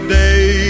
day